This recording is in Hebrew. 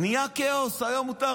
נהיה כאוס: היום מותר,